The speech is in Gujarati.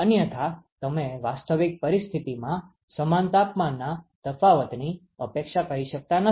અન્યથા તમે વાસ્તવિક પરિસ્થિતિમાં સમાન તાપમાનના તફાવતની અપેક્ષા કરી શકતા નથી